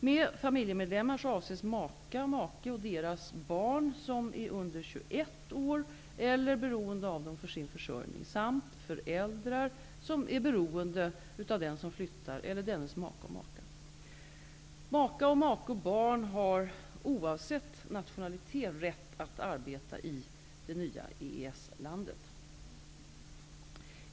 Med familjemedlemmar avses maka make. Maka/make och barn har, oavsett nationalitet, rätt att arbeta i det nya EES-landet.